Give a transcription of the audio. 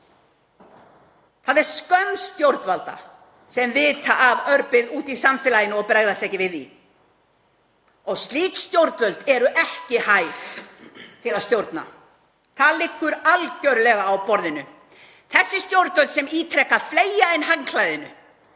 Það er skömm stjórnvalda sem vita af örbirgð úti í samfélaginu að bregðast ekki við því. Slík stjórnvöld eru ekki hæf til að stjórna. Það liggur algjörlega á borðinu. Þessi stjórnvöld sem ítrekað fleygja inn handklæðinu